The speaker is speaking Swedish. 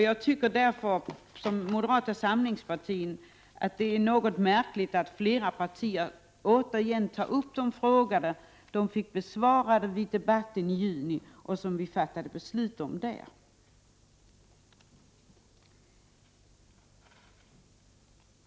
Jag tycker, liksom moderaterna, att det är något märkligt att flera partier återigen tar upp de frågor som besvarades och avgjordes under debatten i juni.